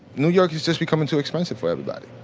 new york is just becoming too expensive for everybody,